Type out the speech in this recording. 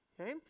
Okay